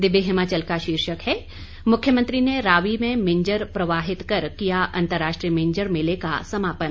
दिव्य हिमाचल का शीर्षक है मुख्यमंत्री ने रावी में मिंजर प्रवाहित कर किया अंतर्राष्ट्रीय मिंजर मेले का समापन